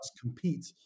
compete